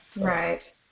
Right